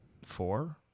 four